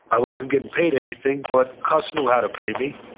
i wasn't getting paid anything, but cus knew how to pay me.